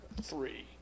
Three